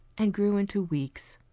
and grew into weeks.